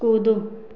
कूदो